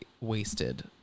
wasted